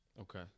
Okay